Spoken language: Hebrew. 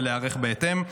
ולהיערך בהתאם.